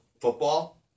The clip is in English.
football